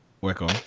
welcome